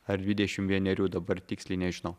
ar dvidešimt vienerių dabar tiksliai nežinau